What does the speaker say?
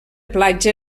platja